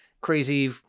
crazy